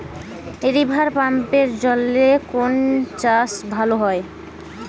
রিভারপাম্পের জলে কোন চাষ ভালো হবে?